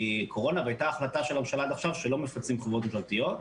מקורונה והייתה החלטה של הממשלה שעד עכשיו שלא מפצים חברות ממשלתיות.